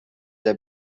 der